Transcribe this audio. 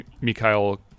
Mikhail